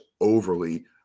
overly